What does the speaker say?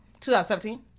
2017